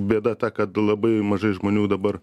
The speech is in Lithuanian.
bėda ta kad labai mažai žmonių dabar